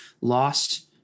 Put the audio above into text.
lost